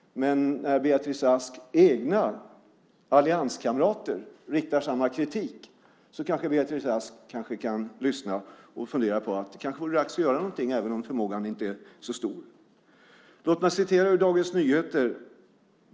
Men när Beatrice Asks egna allianskamrater uttalar samma kritik så kanske Beatrice Ask kan lyssna och fundera på att det kanske vore dags att göra någonting, även om förmågan inte är så stor. Låt mig citera ur Dagens Nyheter.